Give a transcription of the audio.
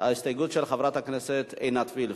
הסתייגות של חברת הכנסת עינת וילף.